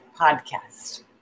podcast